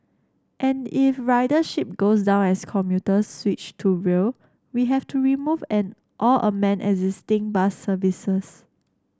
and if ridership goes down as commuters switch to rail we have to remove and or amend existing bus services